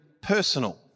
Personal